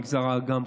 מגזר האג"ם,